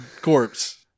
corpse